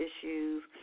issues